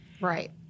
Right